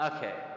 Okay